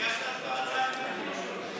הגשת פה הצעת אי-אמון?